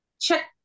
check